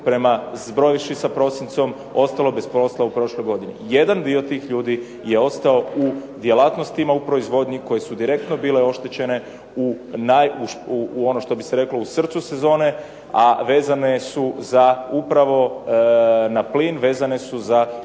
prema zbrojivši sa prosincem ostalo bez posla u prošloj godini. Jedan dio tih ljudi je ostao u djelatnostima u proizvodnji koje su direktno otale oštećene u srcu sezone, a vezane su upravo na plin, vezane su za